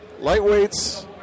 Lightweights